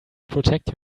protect